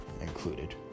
included